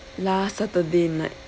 last saturday night